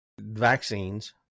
vaccines